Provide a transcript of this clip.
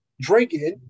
drinking